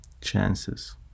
chances